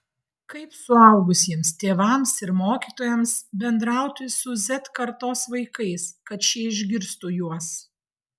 kaip suaugusiems tėvams ir mokytojams bendrauti su z kartos vaikais kad šie išgirstų juos